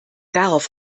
darauf